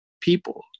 people